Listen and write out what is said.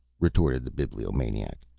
retorted the bibliomaniac.